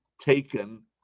taken